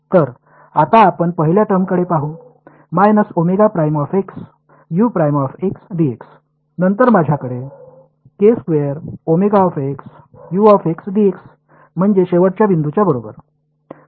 तर आता आपण पहिल्या टर्मकडे पाहू नंतर माझ्याकडे म्हणजे शेवटच्या बिंदूच्या बरोबर